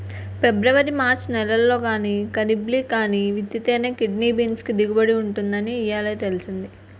February March నెలల్లో గానీ, కరీబ్లో గానీ విత్తితేనే కిడ్నీ బీన్స్ కి దిగుబడి ఉంటుందని ఇయ్యాలే తెలిసింది